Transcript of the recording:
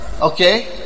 Okay